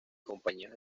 compañías